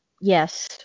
Yes